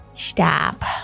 Stop